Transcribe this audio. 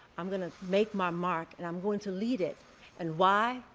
i'm going to make my mark and i'm going to lead it and why?